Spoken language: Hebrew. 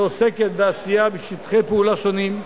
ועוסקת בעשייה בשטחי פעולה שונים,